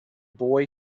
boy